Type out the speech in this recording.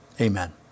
Amen